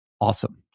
awesome